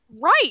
right